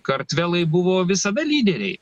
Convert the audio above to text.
kartvelai buvo visada lyderiai